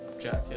jacket